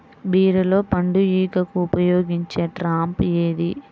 బీరలో పండు ఈగకు ఉపయోగించే ట్రాప్ ఏది?